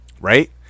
Right